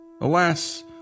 Alas